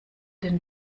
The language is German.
den